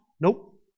Nope